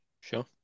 Sure